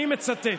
אני מצטט,